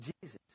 Jesus